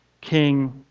King